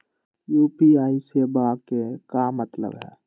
UPI सेवा के का मतलब है?